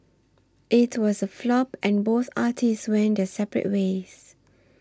it was a flop and both artists went their separate ways